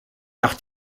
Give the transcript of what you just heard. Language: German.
nach